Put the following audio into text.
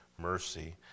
mercy